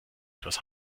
etwas